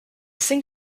sink